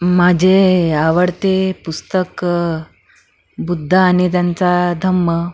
माझे आवडते पुस्तक बुद्ध आणि त्यांचा धम्म